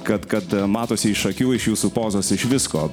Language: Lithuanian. kad kad matosi iš akių iš jūsų pozos iš visko